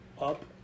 up